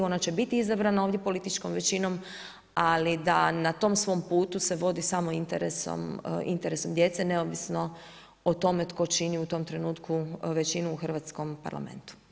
Ona će biti izabrana ovdje političkom većinom ali da na tom svom putu se vodi samo interesom djece neovisno o tome tko čini u tom trenutku većinu u Hrvatskom parlamentu.